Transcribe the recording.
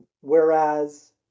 Whereas